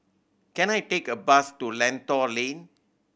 can I take a bus to Lentor Lane